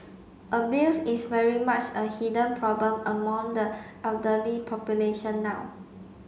abuse is very much a hidden problem among the elderly population now